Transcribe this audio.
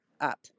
up